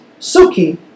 Suki